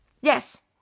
Yes